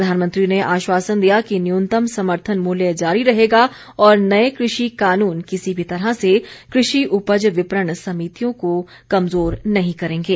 प्रधानमंत्री ने आश्वासन दिया कि न्यूनतम समर्थन मूल्य जारी रहेगा और नए कृषि कानून किसी भी तरह से कृषि उपज विपणन समितियों को कमजोर नहीं करेंगे